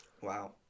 Wow